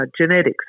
genetics